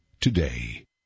today